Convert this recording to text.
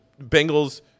Bengals